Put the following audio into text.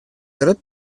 grut